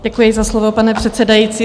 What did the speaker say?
Děkuji za slovo, pane předsedající.